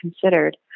considered